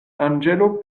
anĝelo